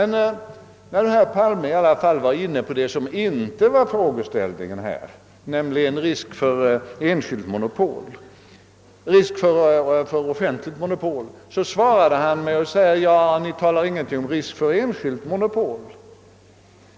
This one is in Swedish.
När herr Palme i alla fall var inne på det som inte är frågeställningen här, nämligen risken för offentligt monopol, så genmälde han att vi inte talat om risken för enskilt monopol.